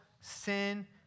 sin